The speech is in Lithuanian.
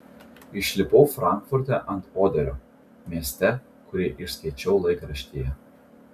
išlipau frankfurte ant oderio mieste kurį išskaičiau laikraštyje